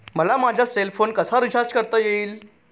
मला माझा cell phone कसा रिचार्ज करता येईल?